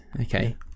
okay